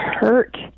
hurt